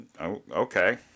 Okay